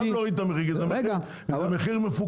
מע"מ, אתה חייב להוריד את המחיר כי זה מחיר מפוקח.